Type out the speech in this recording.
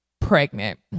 pregnant